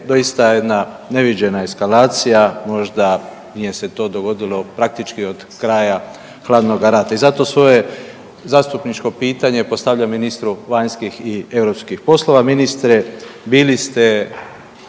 doista jedna neviđena eskalacija možda nije se to dogodilo praktički od kraja hladnoga rata i zato svoje zastupničko pitanje postavljam ministru vanjskih i europski poslova. Ministre bili ste